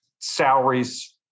salaries